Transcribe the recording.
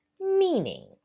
meaning